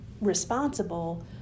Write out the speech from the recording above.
responsible